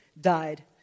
died